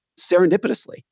serendipitously